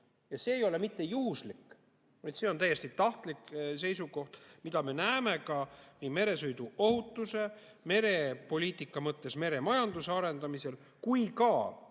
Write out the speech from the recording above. Ja see ei ole mitte juhuslik, vaid see on täiesti tahtlik seisukoht, mida me näeme nii meresõiduohutuse, merepoliitika mõttes meremajanduse arendamisel kui ka,